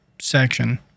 section